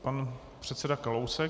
Pan předseda Kalousek.